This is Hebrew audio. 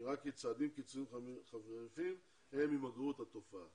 נראה כי צעדים כאלה הם ימגרו את התופעה.